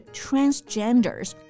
transgenders